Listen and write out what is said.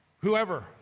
Whoever